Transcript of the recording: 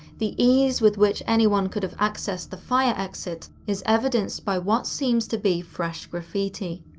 the ease with which anyone could have accessed the fire exit is evidenced by what seems to be fresh graffiti.